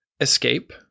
escape